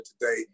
today